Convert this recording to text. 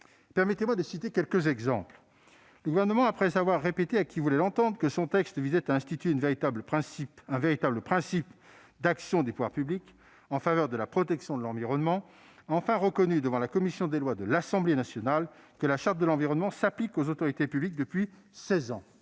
Permettez-moi d'en citer quelques exemples. Le Gouvernement, après avoir répété à qui voulait l'entendre que son texte visait à instituer « un véritable principe d'action des pouvoirs publics » en faveur de la protection de l'environnement, a enfin reconnu devant la commission des lois de l'Assemblée nationale que la Charte de l'environnement s'applique aux autorités publiques depuis seize ans.